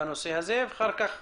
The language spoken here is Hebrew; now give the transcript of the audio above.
אחרי זה